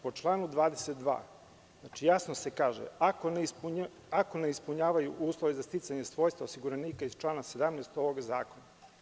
Po članu 22. jasno se kaže – ako ne ispunjavaju uslove za sticanje svojstva osiguranika iz člana 17. ovog zakona.